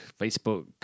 facebook